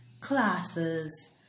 classes